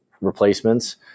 replacements